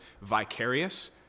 vicarious